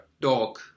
dog